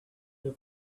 have